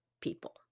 people